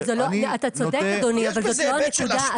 אתה צודק אדוני אבל זאת לא הנקודה.